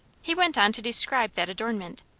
he went on to describe that adornment.